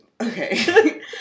Okay